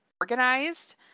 organized